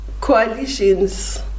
coalitions